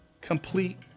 complete